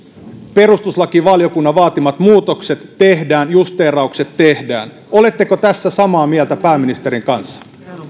perustuslakivaliokunnan vaatimat muutokset tehdään justeeraukset tehdään oletteko tässä samaa meiltä pääministerin kanssa